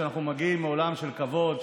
שאנחנו מגיעים מעולם של כבוד,